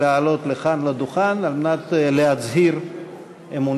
לעלות לכאן לדוכן על מנת להצהיר אמונים.